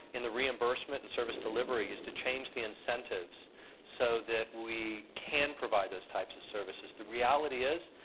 in the reimbursement and service delivery, is to change the incentives so that we can provide those types of services. the reality is,